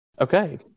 Okay